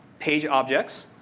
page objects,